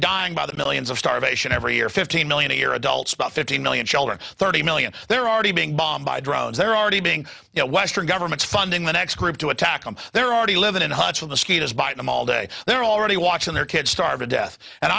dying by the millions of starvation every year fifteen million a year adults about fifteen million children thirty million they're already being bombed by drones they're already being you know western governments funding the next group to attack them they're already living in huts with the skeeters by them all day they're already watching their kids starve to death and